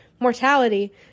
Mortality